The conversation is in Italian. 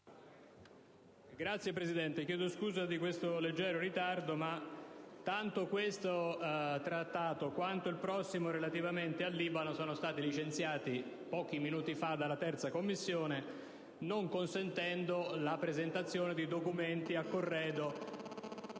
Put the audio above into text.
Signor Presidente, chiedo scusa per questo leggero ritardo, ma tanto questo Trattato quanto il prossimo relativo al Libano sono stati licenziati pochi minuti fa dalla 3a Commissione, non consentendo la presentazione di documenti a corredo